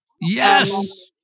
Yes